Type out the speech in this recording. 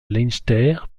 leinster